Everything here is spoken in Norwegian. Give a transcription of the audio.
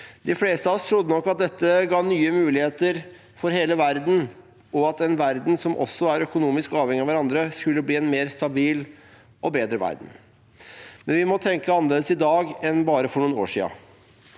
De fleste av oss trodde nok at dette ga nye muligheter for hele verden, og at en verden der man er økonomisk avhengig av hverandre, skulle bli en mer stabil og bedre verden. Vi må tenke annerledes i dag enn for bare noen år siden.